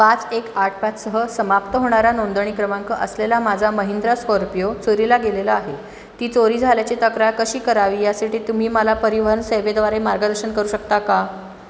पाच एक आठ पाच सह समाप्त होणारा नोंदणी क्रमांक असलेला माझा महिंद्रा स्कॉर्पिओ चोरीला गेलेला आहे ती चोरी झाल्याची तक्रार कशी करावी यासाठी तुम्ही मला परिवहन सेवेद्वारे मार्गदर्शन करू शकता का